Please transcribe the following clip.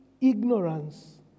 ignorance